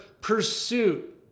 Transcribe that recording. pursuit